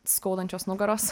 skaudančios nugaros